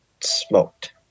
smoked